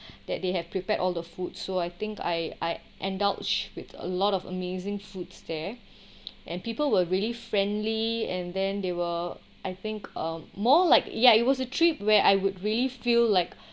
that they have prepared all the food so I think I I indulge with a lot of amazing foods there and people were really friendly and then they were I think um more like ya it was a trip where I would really feel like